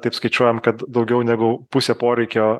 taip skaičiuojam kad daugiau negu pusę poreikio